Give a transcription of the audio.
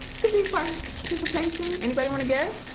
could be but participation. anybody want to guess?